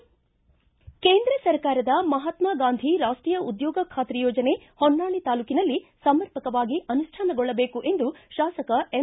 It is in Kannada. ಕೇಂದ್ರ ಸರ್ಕಾರದ ಮಹಾತ್ಮಾಗಾಂಧಿ ರಾಷ್ವೀಯ ಉದ್ಯೋಗ ಬಾತರಿ ಯೋಜನೆ ಹೊನ್ನಾಳಿ ತಾಲೂಕಿನಲ್ಲಿ ಸಮರ್ಪಕವಾಗಿ ಅನುಷ್ಠಾನಗೊಳ್ಳದೇಕು ಎಂದು ಶಾಸಕ ಎಂ